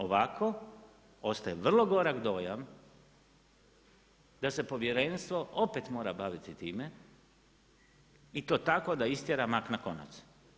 Ovako, ostaje vrlo gorak dojam, da se povjerenstvo opet mora baviti time i to tako da istjera mak na konac.